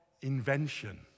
invention